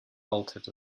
bolted